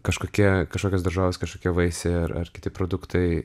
kažkokie kažkokios daržovės kažkokie vaisiai ar ar kiti produktai